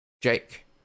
Jake